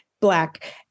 black